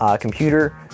computer